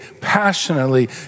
passionately